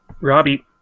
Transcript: Robbie